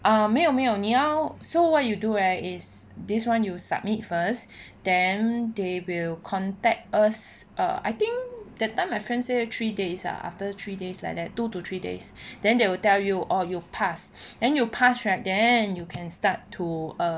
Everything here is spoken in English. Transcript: err 没有没有你要 so what you do right is this one you submit first then they will contact us err I think that time my friend say three days ah after three days like that two to three days then they will tell you oh you pass then you pass right then you can start to err